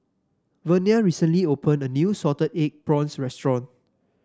Vernia recently opened a new Salted Egg Prawns restaurant